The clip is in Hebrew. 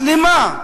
שלמה,